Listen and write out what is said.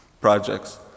projects